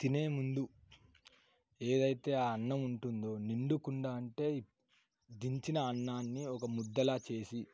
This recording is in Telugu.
తినేముందు ఏదైతే ఆ అన్నం ఉంటుందో నిండుకుండ అంటే దించిన అన్నాన్ని ఒక ముద్దలా చేసి